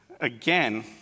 again